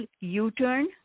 U-turn